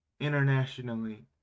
internationally